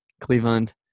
Cleveland